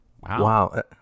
Wow